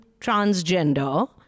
transgender